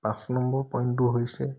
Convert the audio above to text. পাঁচ নম্বৰ পইণ্টটো হৈছে